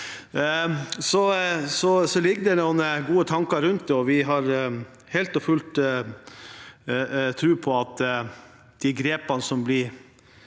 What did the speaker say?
Så foreligger det noen gode tanker rundt det, og vi har helt og fullt tro på at de grepene som blir